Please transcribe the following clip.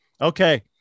okay